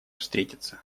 встретиться